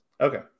Okay